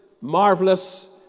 marvelous